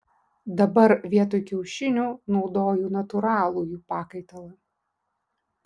dabar vietoj kiaušinių naudoju natūralų jų pakaitalą